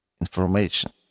information